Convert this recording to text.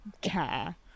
care